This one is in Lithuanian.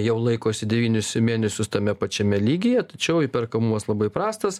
jau laikosi devynis mėnesius tame pačiame lygyje tačiau įperkamumas labai prastas